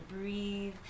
breathe